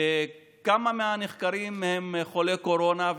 כמה מהנחקרים הם חולי קורונה,